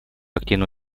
активное